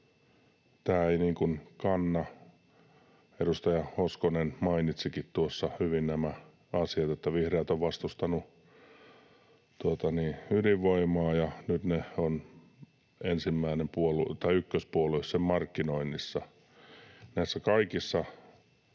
tämä ei kanna. Edustaja Hoskonen mainitsikin tuossa hyvin nämä asiat, että vihreät ovat vastustaneet ydinvoimaa ja nyt se on ykköspuolue sen markkinoinnissa. Näissä kaikissa